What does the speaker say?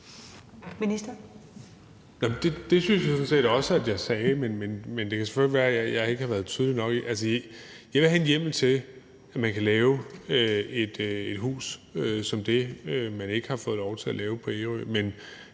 Det synes jeg sådan set også jeg sagde, men det kan selvfølgelig være, at jeg ikke har været tydelig nok. Jeg vil have en hjemmel til, at man kan lave et hus som det, man ikke har fået lov til at lave på Ærø,